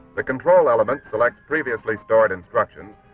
the control element selects previously stored instructions,